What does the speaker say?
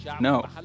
No